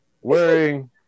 wearing